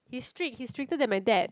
he strict he stricter than my dad